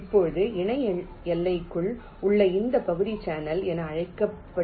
இப்போது இணை எல்லைக்குள் உள்ள இந்த பகுதி சேனல் என அழைக்கப்படுகிறது